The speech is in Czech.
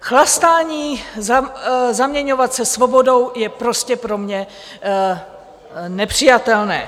Chlastání zaměňovat se svobodou je prostě pro mě nepřijatelné.